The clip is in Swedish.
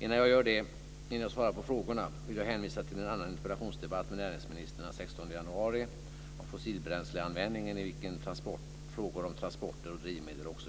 Innan jag svarar på frågorna vill jag hänvisa till en annan interpellationsdebatt med näringsministern